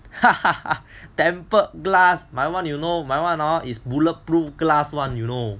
tempered glass my [one] you know my [one] is bulletproof glass [one] you know